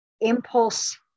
impulse